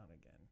again